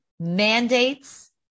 Mandates